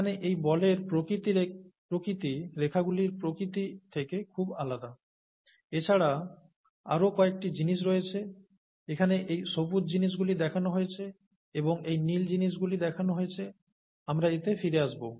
এখানে এই বলের প্রকৃতি রেখাগুলির প্রকৃতি থেকে খুব আলাদা এছাড়া আরও কয়েকটি জিনিস রয়েছে এখানে এই সবুজ জিনিসগুলি দেখানো হয়েছে এবং এই নীল জিনিসগুলি দেখানো হয়েছে আমরা এতে ফিরে আসব